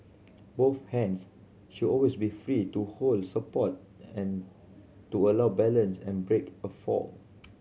both hands should always be free to hold support and to allow balance and break a fall